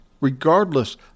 regardless